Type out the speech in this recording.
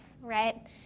right